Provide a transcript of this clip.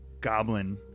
goblin